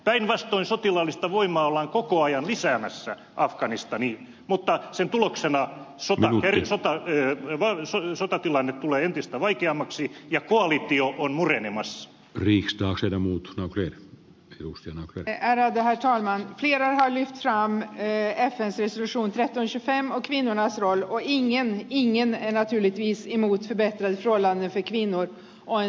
päinvastoin sotilaallista voimaa ollaan koko ajan lisäämässä afganistaniin mutta sen tuloksena sotatilanne tulee entistä vaikeammaksi ja koalitio on murenemassa prix taakse ja muut green justyna erää tähän saumaan vieraili salmi ei väsy se suunta on se tämäkin on osa on vainion ja nämä tylyt viisi uutta vettä suolaa sekin on oy